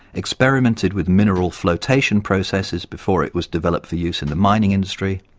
experimented with mineral floatation processes before it was developed for use in the mining industry,